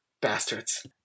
Bastards